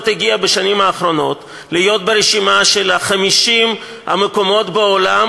הגיעה בשנים האחרונות להיות ברשימה של 50 המקומות בעולם